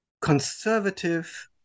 conservative